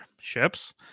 ships